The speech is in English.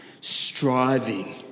striving